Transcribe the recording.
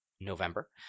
November